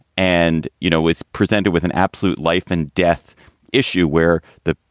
and, you know, it's presented with an absolute life and death issue where the,